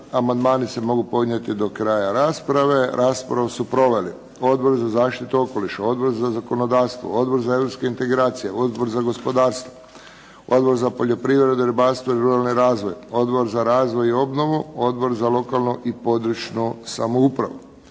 Amandmani se mogu podnijeti do kraja rasprave. Raspravu su proveli Odbor za zaštitu okoliša, Odbor za zakonodavstvo, Odbor za europske integracije, Odbor za gospodarstvo, Odbor za poljoprivredu, ribarstvo i ruralni razvoj, Odbor za razvoj i obnovu, Odbor za lokalnu i područnu samoupravu.